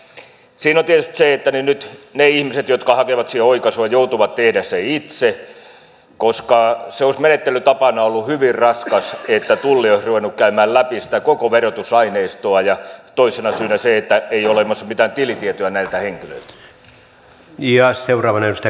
siinä on tietysti se että nyt ne ihmiset jotka hakevat siihen oikaisua joutuvat tekemään sen itse koska se olisi menettelytapana ollut hyvin raskas että tulli olisi ruvennut käymään läpi koko sitä verotusaineistoa ja toisena syynä on se että ei ole olemassa mitään tilitietoja näiltä henkilöiltä